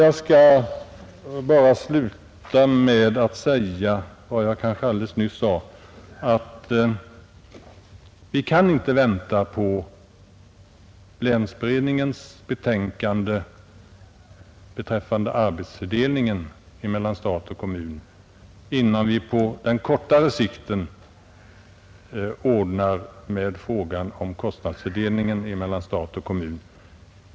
Jag skall sluta med att upprepa vad jag redan sagt, nämligen att vi inte kan vänta på länsberedningens betänkande beträffande arbetsfördelningen mellan stat och kommun. Först måste vi få frågan om kostnadsfördelningen mellan stat och kommun ordnad på kortare sikt.